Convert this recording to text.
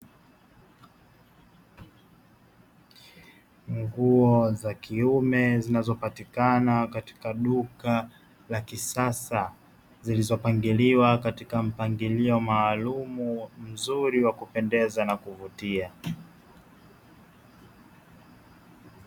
Nguo za kiume zinazopatikana katika duka la kisasa zilizopangiliwa katika mpangilio maalumu mzuri wa kupendeza na kuvutia.